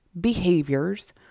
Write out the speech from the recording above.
behaviors